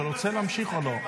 אתה רוצה להמשיך או לא?